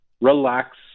relax